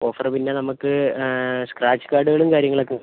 offer പിന്നെ നമുക്ക് scratch കാർഡുകളും കാര്യങ്ങളൊക്കെ